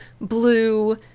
blue